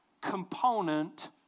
component